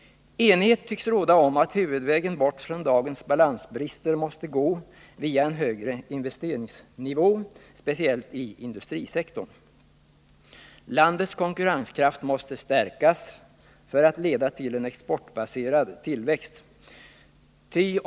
Enighet tycks råda om att huvudvägen bort från dagens balansbrister måste gå via en högre investeringsnivå — speciellt inom industrisektorn. Landets konkurrenskraft måste stärkas om vi skall få en exportbaserad tillväxt.